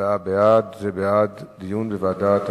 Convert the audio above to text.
ההצעה להעביר את הנושא לוועדת העבודה,